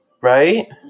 right